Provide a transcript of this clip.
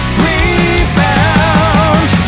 rebound